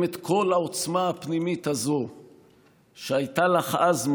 את כל העוצמה הפנימית הזאת שהייתה לך אז,